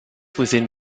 within